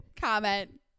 Comment